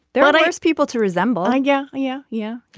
there and are ask people to resemble. and yeah yeah yeah yeah.